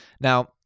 Now